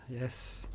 yes